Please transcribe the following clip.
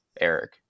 Eric